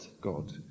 God